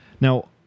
Now